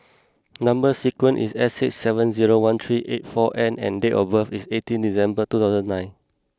number sequence is S six seven zero one three eight four N and date of birth is eighteen December two thousand nine